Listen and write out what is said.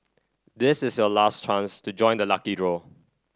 this is your last chance to join the lucky draw